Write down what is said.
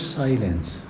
silence